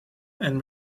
and